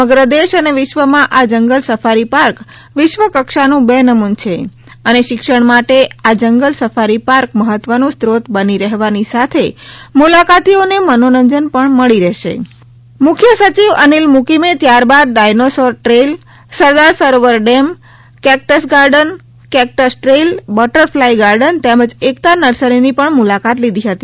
સમગ્ર દેશ અને વિશ્વમાં આ જંગલ સફારી પાર્ક વિશ્વ કક્ષાનું બેનમૂન છે અને શિક્ષણ માટે આ જંગલ સફારી પાર્ક મહત્વનું સ્ત્રોત બની રહેવાની સાથે મુલાકાતીઓને મનોરંજન પણ મળી રહેશે મુખ્ય સચિવ અનિલ મુકીમે ત્યારબાદ dinosaur trail Sardar Sarovar dam cactus garden cactus trail butterfly garden તેમજ એકતા નર્સરીની પણ મુલાકાત લીધી હતી